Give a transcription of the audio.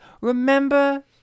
remember